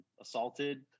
assaulted